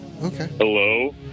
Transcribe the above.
Hello